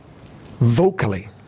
vocally